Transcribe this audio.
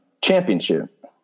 championship